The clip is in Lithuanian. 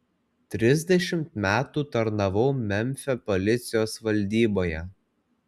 trisdešimt metų tarnavau memfio policijos valdyboje